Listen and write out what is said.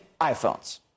iPhones